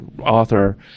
author